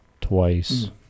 twice